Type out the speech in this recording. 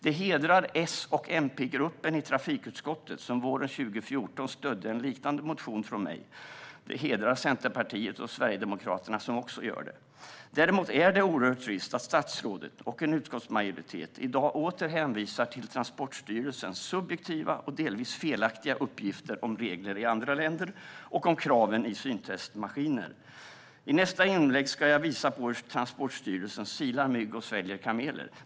Det hedrar S och MP-gruppen i trafikutskottet att de våren 2014 stödde en liknande motion från mig, och det hedrar Centerpartiet och Sverigedemokraterna att de också gör det. Däremot är det oerhört trist att statsrådet och en utskottsmajoritet i dag åter hänvisar till Transportstyrelsens subjektiva och delvis felaktiga uppgifter om regler i andra länder och om kraven i syntestmaskiner. I nästa inlägg ska jag visa på hur Transportstyrelsen silar mygg och sväljer kameler.